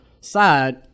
side